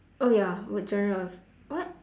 oh ya what genre of what